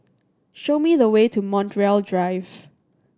show me the way to Montreal Drive